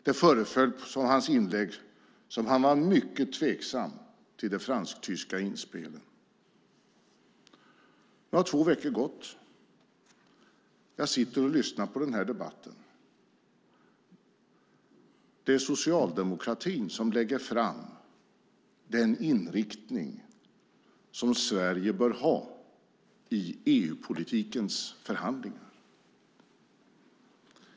Det föreföll av hans inlägg som om han var mycket tveksam till det fransk-tyska inspelet. Nu har två veckor gått. Jag sitter och lyssnar på den här debatten. Det är socialdemokratin som lägger fram den inriktning som Sverige bör ha i EU-politikens förhandlingar.